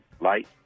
light